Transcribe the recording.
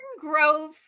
Grove